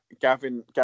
Gavin